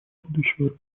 будущего